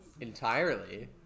entirely